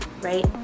right